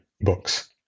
books